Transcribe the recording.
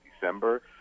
December